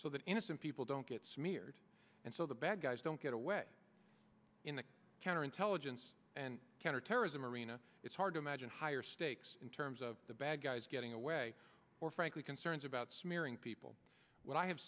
so that innocent people don't get smeared and so the bad guys don't get away in the counterintelligence and counterterrorism arena it's hard to imagine higher stakes in terms of the bad guys getting away or frankly concerns about smearing people when i have